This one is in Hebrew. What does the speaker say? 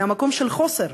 ממקום של חוסר.